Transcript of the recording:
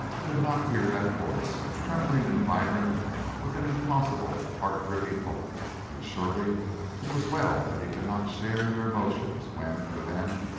could not hear that voice, trembling and vibrant with an impossible, heart-gripping hope and surely it was well that he could not share their emotions when, for them,